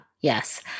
Yes